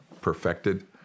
perfected